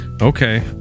Okay